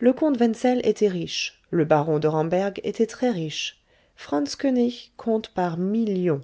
le comte wenzel était riche le baron de ramberg était très riche franz koënig compte par millions